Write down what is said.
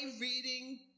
reading